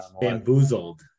Bamboozled